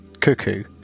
cuckoo